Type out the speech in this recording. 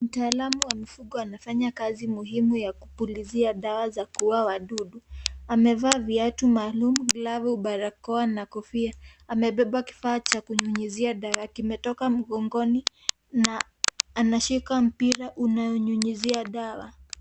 Mtaalamu wa mifugo anafanya kazi muhimu ya kupulizia dawa za kuua wadudu , amevaa viatu maalum ,glavu barakoa na kofia amebeba kifaa cha kunyinyizia dawa kimetoka mgongoni na anashika mpira unayonyunyizia dawa.